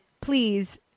please